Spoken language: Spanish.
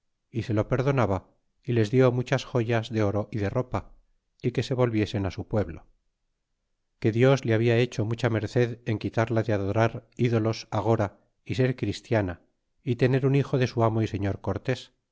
y se lo perdonaba y les dió muchas joyas de oro y de ropa y que se volviesen su pueblo y que dios le había hecho mucha merced en quitarla de adorar ídolos agora y ser christiana y tener un hijo de su amo y señor